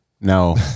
No